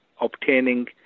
obtaining